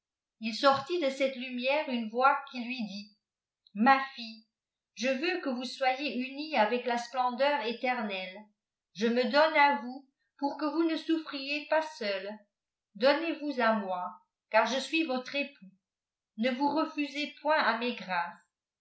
il sortit de cette inmière une voix qui lui dit ma fille je veux que vous soyez unie avec la splendeur éterimlle je me donne è vous pour que vous ne souffriez pas seule donnez vous h moi oar je suis votre époux ne vous refusez point h mes grâces